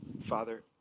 Father